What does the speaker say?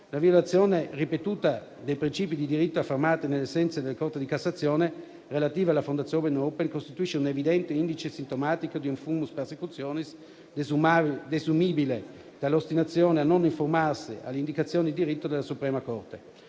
La violazione ripetuta dei principi di diritto affermata nelle sentenze della Corte di cassazione relative alla Fondazione Open costituisce un evidente indice sintomatico di un *fumus persecutionis*, desumibile dall'ostinazione a non uniformarsi alle indicazioni di diritto della suprema Corte.